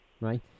right